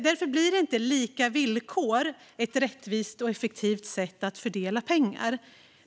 Därför blir inte lika villkor ett rättvist och effektivt sätt att fördela pengar.